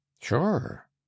sure